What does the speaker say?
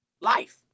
Life